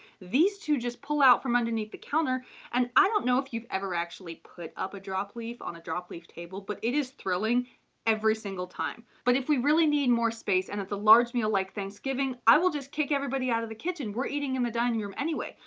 these two just pull out from underneath the counter and i don't know if you've ever actually put up a drop leaf on a drop leaf table, but it is thrilling every single time, but if we really need more space and it's a large meal, like thanksgiving. i will just kick everybody out of the kitchen, we're eating in the dining room anyway.